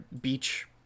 beach